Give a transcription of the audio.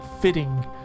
fitting